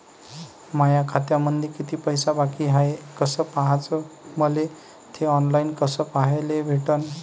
माया खात्यामंधी किती पैसा बाकी हाय कस पाह्याच, मले थे ऑनलाईन कस पाह्याले भेटन?